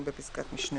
במקום פסקת משנה